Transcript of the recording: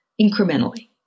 incrementally